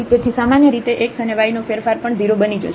તેથી સામાન્યરીતે x અને y નો ફેરફાર પણ 0 બની જશે